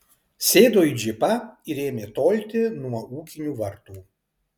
sėdo į džipą ir ėmė tolti nuo ūkinių vartų